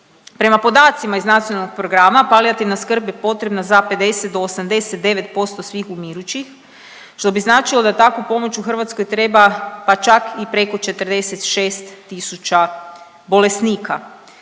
Prema podacima iz nacionalnog programa palijativna skrb je potrebna za 50 do 89% svih umirućih što bi značilo da takvu pomoć u Hrvatskoj treba pa čak i preko 46 tisuća bolesnika.